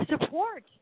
support